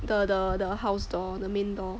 the the the house door the main door